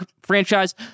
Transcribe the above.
franchise